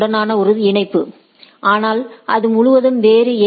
உடனான ஒரு இணைப்பு ஆனால் அது முழுவதும் வேறு ஏ